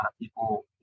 people